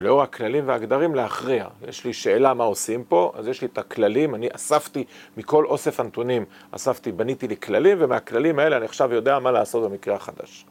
לאור הכללים והגדרים לאחריה. יש לי שאלה מה עושים פה, אז יש לי את הכללים, אני אספתי מכל אוסף הנתונים, אספתי, בניתי לי כללים, ומהכללים האלה אני עכשיו יודע מה לעשות במקרה החדש.